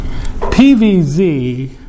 PVZ